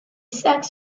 sacs